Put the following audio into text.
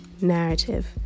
narrative